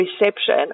reception